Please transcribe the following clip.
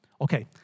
Okay